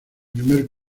primer